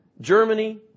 Germany